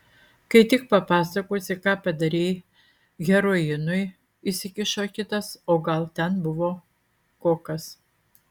kai tik papasakosi ką padarei heroinui įsikišo kitas o gal ten buvo kokas